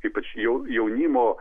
ypač jau jaunimo